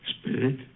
Spirit